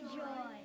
joy